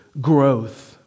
growth